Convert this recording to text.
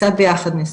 קצת 'ביחדנס',